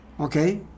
Okay